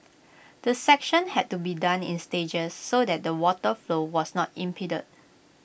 the section had to be done in stages so that the water flow was not impeded